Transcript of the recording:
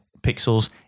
pixels